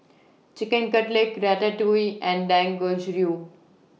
Chicken Cutlet Ratatouille and Dangojiru